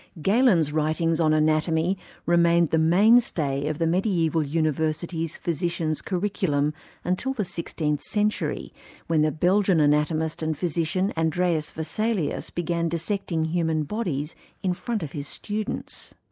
galen's writings on anatomy remained the mainstay of the mediaeval universities' physician's curriculum until the sixteenth century when the belgian anatomist and physician, andreas vesalius began dissecting human bodies in front of his students.